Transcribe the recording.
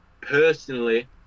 personally